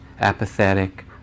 apathetic